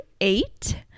eight